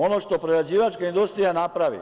Ono što prerađivačka industrija napravi